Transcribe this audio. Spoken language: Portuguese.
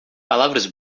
palavras